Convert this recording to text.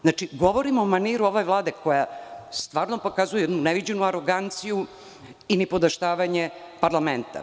Znači, govorim o maniru ove vlade koja stvarno pokazuje jednu neviđenu aroganciju i nipodaštavanje parlamenta.